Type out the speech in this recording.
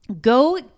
Go